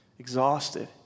Exhausted